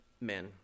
men